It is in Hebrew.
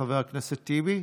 חבר הכנסת טיבי?